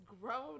grown